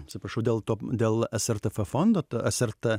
atsiprašau dėl to dėl srtf fondo srt